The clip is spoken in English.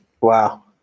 Wow